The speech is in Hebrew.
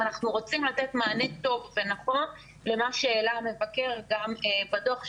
אנחנו רוצים לתת מענה טוב ונכון למה שהעלה המבקר גם בדוח שלו,